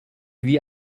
wie